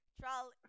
Trolley